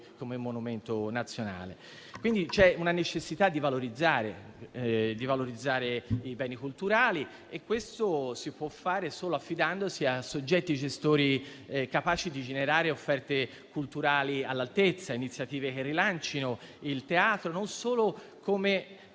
come monumento nazionale. C'è quindi una necessità di valorizzare i beni culturali e questo lo si può fare solo affidandosi a soggetti gestori capaci di generare offerte culturali all'altezza e iniziative che rilancino il Teatro non solo come